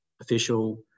official